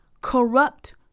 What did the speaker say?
corrupt